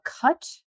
cut